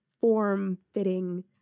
form-fitting